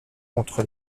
contre